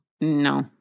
no